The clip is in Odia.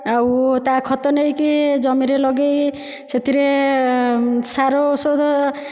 ଆଉ ତା' ଖତ ନେଇକି ଜମିରେ ଲଗାଇ ସେଥିରେ ସାର ଔଷଧ